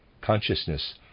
Consciousness